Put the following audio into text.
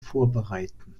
vorbereiten